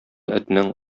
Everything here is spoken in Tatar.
этнең